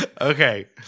Okay